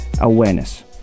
awareness